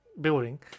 building